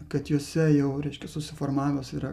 kad juose jau reiškia susiformavęs yra